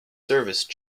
service